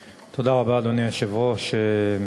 היושב-ראש.